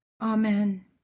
Amen